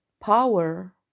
power